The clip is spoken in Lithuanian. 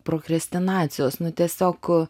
prokrestinacijos nu tiesiog